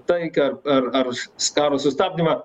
taiką ar ar už skaro sustabdymą